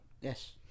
Yes